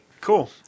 Cool